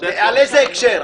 באיזה הקשר?